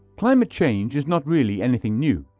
climate change is not really anything new.